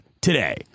today